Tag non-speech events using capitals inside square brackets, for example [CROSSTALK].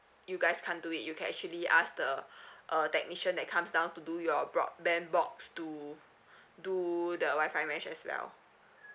you guys can't do it you can actually ask the [BREATH] uh technician that comes down to do your broadband box to [BREATH] do the wifi mesh as well